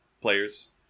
players